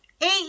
Eight